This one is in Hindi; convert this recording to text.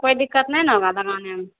कोई दिक्कत नहीं न होगा बनाने में